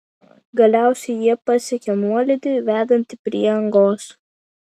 galiausiai jie pasiekė nuolydį vedantį prie angos